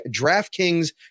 DraftKings